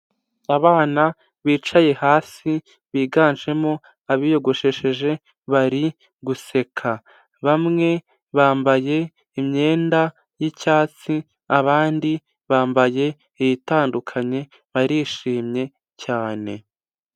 Abana bicaye hasi biganjemo abiyogoshesheje bari guseka, bamwe bambaye imyenda y'icyatsi, abandi bambaye ibitandukanye barishimye cyane.